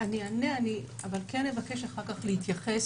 אני אענה אבל אני אבקש אחר כך להתייחס.